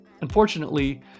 Unfortunately